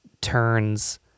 turns